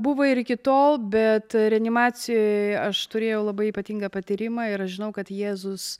buvo ir iki tol bet reanimacijoj aš turėjau labai ypatingą patyrimą ir žinau kad jėzus